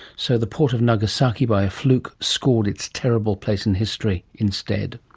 so the port of nagasaki, by a fluke, scored its terrible place in history instead.